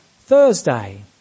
Thursday